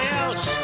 else